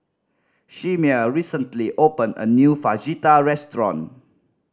Chimere recently opened a new Fajitas restaurant